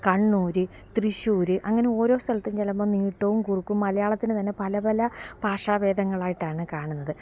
കണ്ണൂർ തൃശ്ശൂർ അങ്ങനെയോരോ സ്ഥലത്തും ചെല്ലുമ്പം നീട്ടവും കുറുക്കും മലയാളത്തിന് തന്നെ പല പല ഭാഷാ ഭേദങ്ങളായിട്ടാണ് കാണുന്നത്